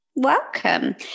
Welcome